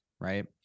Right